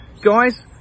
Guys